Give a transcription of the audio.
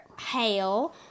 hail